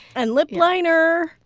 and lip liner.